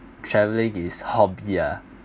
traveling is hobby ah